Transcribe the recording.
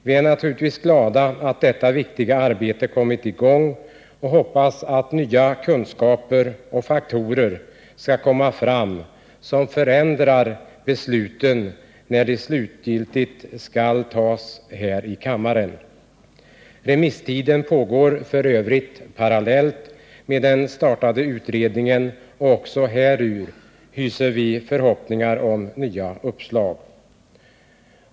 Vi är naturligtvis glada att detta viktiga arbete kommit i gång och hoppas, att nya kunskaper och faktorer skall komma fram, som förändrar läget när besluten definitivt skall fattas här i riksdagen. Remisstiden pågår f. ö. parallellt med den startade utredningen, och vi hyser förhoppningar om att också remissinstanserna skall ge nya uppslag.